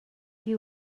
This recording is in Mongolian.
хий